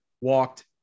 walked